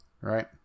right